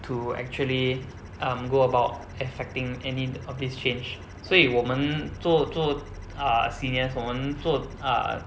to actually um go about affecting any of this change 所以我们做做 uh seniors 我们做 uh